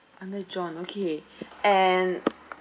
under john okay and